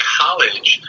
college